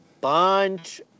bunch